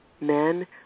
Men